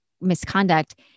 misconduct